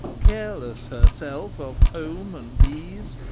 careless herself of home and ease,